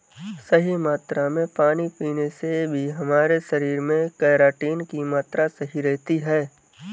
सही मात्रा में पानी पीने से भी हमारे शरीर में केराटिन की मात्रा सही रहती है